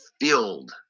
filled